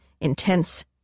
Intense